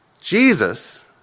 Jesus